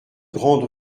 grande